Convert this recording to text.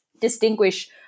distinguish